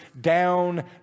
down